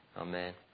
Amen